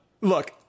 look